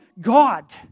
God